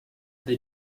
they